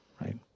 Right